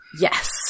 Yes